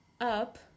up